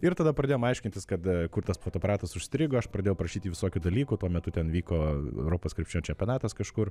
ir tada pradėjom aiškintis kad kur tas fotoaparatas užstrigo aš pradėjau prašyt jų visokių dalykų tuo metu ten vyko europos krepšinio čempionatas kažkur